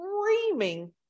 screaming